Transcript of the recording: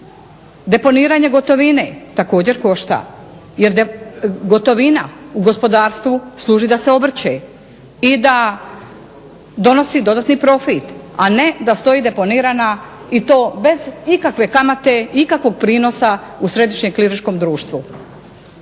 Deponiranje gotovine također košta, jer gotovina u gospodarstvu služi da se obrće i da donosi dodatni profit, a ne da stoji deponirana i to bez ikakve kamate i ikakvog prinosa u središnjem …/Govornica